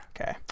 Okay